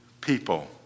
people